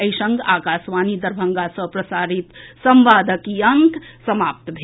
एहि संग आकाशवाणी दरभंगा सँ प्रसारित संवादक ई अंक समाप्त भेल